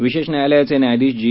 विशेष न्यायालयाचे न्यायाधीश जी